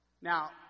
Now